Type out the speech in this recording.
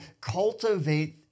cultivate